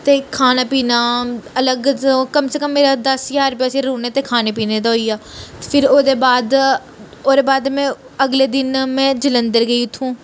ते खाना पीना अलग कम से कम मेरा दस ज्हार सिर्फ रौह्ने ते खाने पीने दा होई गेआ फेर ओह्दे बाद ओह्दे बाद में अगले दिन मै जलंधर गेई उत्थूं